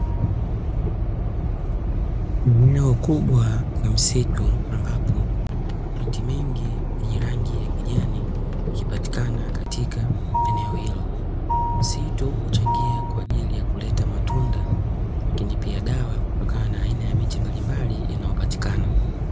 Eneo kubwa la msitu ambapo miti mingi ya kijani hupatikana katika eneo hilo. Msitu huchangia kwa ajili ya kuleta matunda lakini pia dawa kutokana na miche mbalimbali inayopatikana.